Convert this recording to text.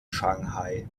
shanghai